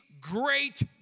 great